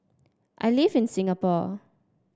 I live in Singapore